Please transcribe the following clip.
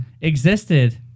existed